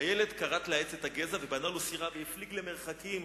הילד כרת לעץ את הגזע ובנה לו סירה והפליג למרחקים.